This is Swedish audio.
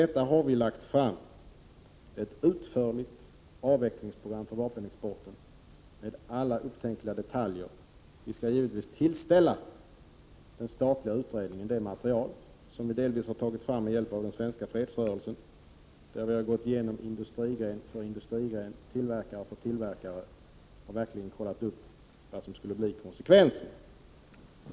Vi har framlagt ett utförligt avvecklingsprogram för vapenexporten med alla upptänkliga detaljer. Detta material skall vi givetvis tillställa den statliga utredningen. Delvis har vi tagit fram materialet med hjälp av den svenska fredsrörelsen. Vi har gått igenom industrigren för industrigren samt tillverkare för tillverkare och verkligen tagit del av konsekvenserna av en avveckling.